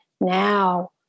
Now